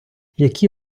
які